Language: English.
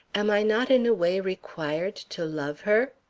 am i not in a way required to love her?